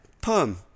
perm